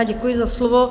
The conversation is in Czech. Děkuji za slovo.